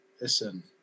listen